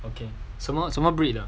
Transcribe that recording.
okay so much 什么 breed 的